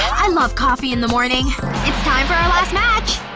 i love coffee in the morning it's time for our last match!